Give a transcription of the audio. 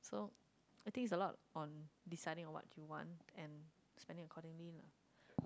so I think it's a lot on deciding what you want and spending accordingly lah